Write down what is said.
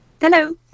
Hello